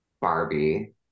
Barbie